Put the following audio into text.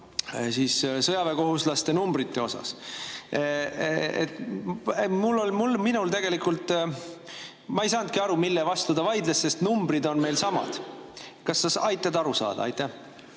sõjaväekohuslaste numbrite osas. Ma ei saanudki aru, mille vastu ta vaidles, sest numbrid on meil samad. Kas sa aitad aru saada? Aitäh,